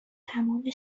تمام